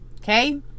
Okay